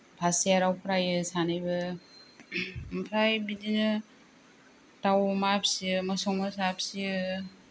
first याराव फरायो सानैबो ओमफ्राय बिदिनो दाव अमा फिसियो मोसौ मोसा फिसियो